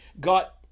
got